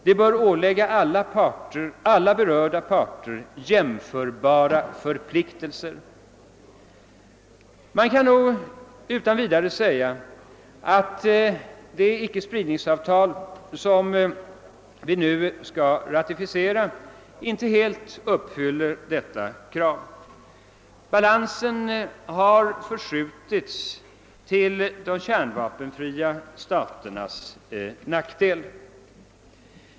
De bör ålägga alla berörda parter jämförbara förpliktelser. Man kan utan vidare konstatera att det icke-spridningsavtal som vi nu skall ratificera inte helt uppfyller detta krav. Balansen har förskjutits till de kärnvapenfria staternas nackdel.